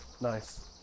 nice